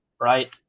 right